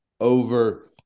over